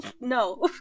No